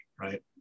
right